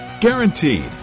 Guaranteed